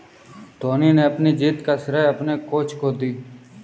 धोनी ने अपनी जीत का श्रेय अपने कोच को दी